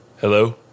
Hello